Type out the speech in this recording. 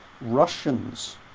Russians